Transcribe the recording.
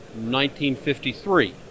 1953